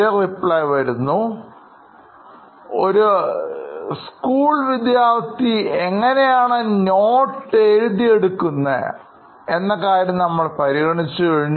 Siddharth ഒരു school വിദ്യാർഥി എങ്ങനെയാണ് നോട്സ് എഴുതി എടുക്കുന്നത് എന്ന കാര്യം നമ്മൾ പരിഗണിച്ച് കഴിഞ്ഞു